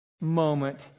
moment